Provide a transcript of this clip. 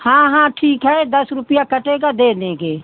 हाँ हाँ ठीक है दस रुपया कटेगा दे देंगे